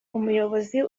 umuyobozi